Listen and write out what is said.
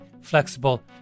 flexible